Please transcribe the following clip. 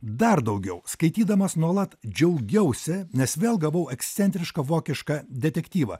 dar daugiau skaitydamas nuolat džiaugiausi nes vėl gavau ekscentrišką vokišką detektyvą